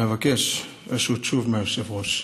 אבקש רשות, שוב, מהיושב-ראש,